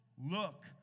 look